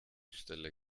stelle